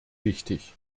wichtig